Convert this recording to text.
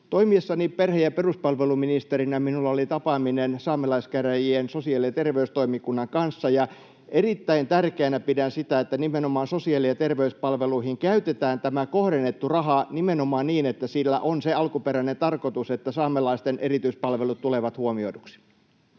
Toimiessani perhe- ja peruspalveluministerinä minulla oli tapaaminen saamelaiskäräjien sosiaali- ja terveystoimikunnan kanssa. Pidän erittäin tärkeänä sitä, että sosiaali- ja terveyspalveluihin käytetään tämä kohdennettu raha nimenomaan niin, että sillä on se alkuperäinen tarkoitus, että saamelaisten erityispalvelut tulevat huomioiduiksi.